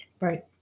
Right